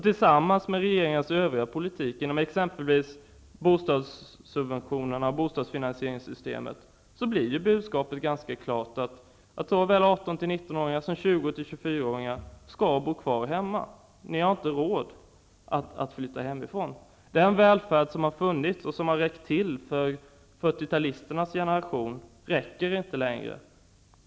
Tillsammans med regeringens övriga politik med t.ex. bostadssubventionerna och bostadsfinansieringssystemet blir budskapet att såväl 18--19-åringar som 20--24-åringar skall bo kvar hemma. De har inte råd att flytta hemifrån. Den välfärd som har funnits och som har räckt till för 40-talisternas generation, räcker inte längre.